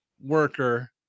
worker